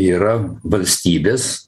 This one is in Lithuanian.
yra valstybės